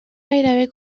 gairebé